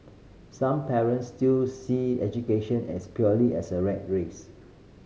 some parents still see education as purely as a rat race